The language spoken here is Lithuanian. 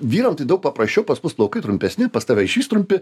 vyram tai daug paprasčiau pas mus plaukai trumpesni pas tave išvis trumpi